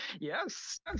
yes